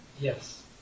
yes